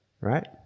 right